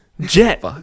Jet